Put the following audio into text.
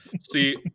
see